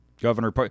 Governor